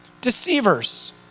deceivers